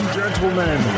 gentlemen